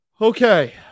Okay